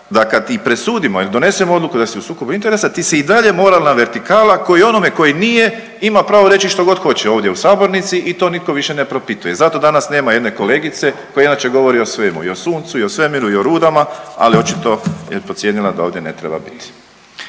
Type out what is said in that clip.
da kad i presudimo ili donesemo odluku da si u sukobu interesa ti si i dalje moralna vertikala ko i onome koji nije ima pravo reći štogod hoće ovdje u sabornici i to niko više ne propituje. Zato danas nema jedne kolegice koja inače govori o svemu i o suncu i o svemiru i o rudama, ali očito je procijenila da ovdje ne treba biti.